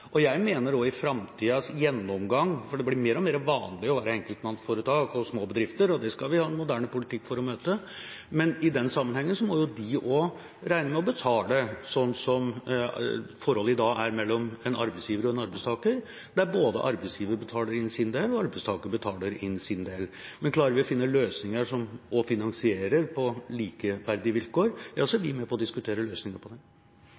ytelsene. Jeg mener at i framtidas gjennomgang – for det blir mer og mer vanlig å drive enkeltmannsforetak og små bedrifter, og det skal vi ha en moderne politikk for å møte – må også de i den sammenheng regne med å betale, slik som forholdet i dag er mellom en arbeidsgiver og en arbeidstaker, der arbeidsgiveren betaler inn sin del og arbeidstakeren betaler inn sin del. Men klarer vi å finne løsninger som finansierer på likeverdige vilkår, er vi med på å diskutere løsninger for det.